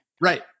Right